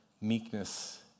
meekness